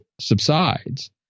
subsides